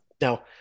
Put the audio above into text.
Now